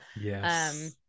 Yes